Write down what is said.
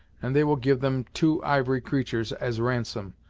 and they will give them two ivory creaturs, as ransom.